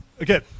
Okay